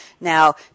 Now